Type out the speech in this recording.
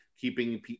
keeping